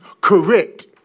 correct